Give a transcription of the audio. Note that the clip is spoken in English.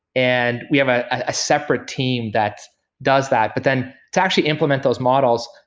and we have a ah separate team that does that. but then to actually implement those models,